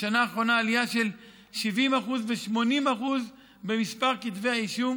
בשנה האחרונה יש עלייה של 70% ו-80% במספר כתבי האישום